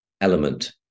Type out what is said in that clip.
element